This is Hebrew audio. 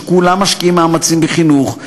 שכולם משקיעים מאמצים בחינוך,